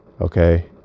Okay